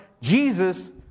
Jesus